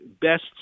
best